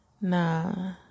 Nah